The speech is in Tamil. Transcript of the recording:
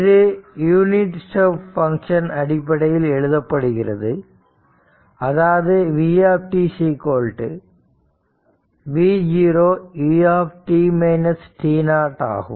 இது யூனிட் ஸ்டெப் பங்க்ஷன் அடிப்படையில் எழுதப்படுகிறது அதாவது vt v0 u ஆகும்